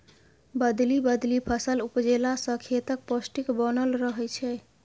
बदलि बदलि फसल उपजेला सँ खेतक पौष्टिक बनल रहय छै